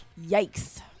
Yikes